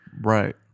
Right